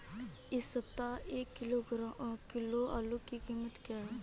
इस सप्ताह एक किलो आलू की कीमत क्या है?